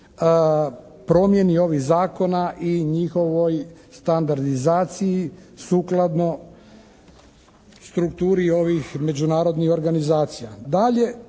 promjeni ovih zakona i njihovoj standardizaciji sukladno strukturi ovih međunarodnih organizacija.